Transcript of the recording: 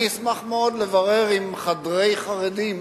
אני אשמח מאוד לברר עם "בחדרי חרדים"